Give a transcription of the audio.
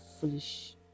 foolish